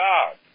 God